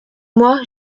moi